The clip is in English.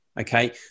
Okay